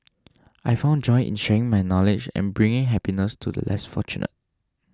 I found joy in sharing my knowledge and bringing happiness to the less fortunate